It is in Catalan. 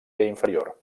inferior